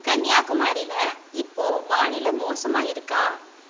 கன்னியாகுமாரியில் இப்போது வானிலை மோசமாக இருக்கா